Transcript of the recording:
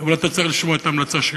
אבל אתה צריך לשמוע את ההמלצה שלי,